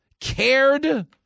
cared